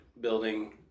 building